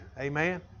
Amen